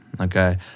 Okay